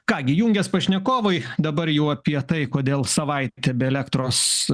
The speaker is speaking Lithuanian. ką gi jungias pašnekovai dabar jau apie tai kodėl savaitę be elektros